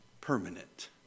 permanent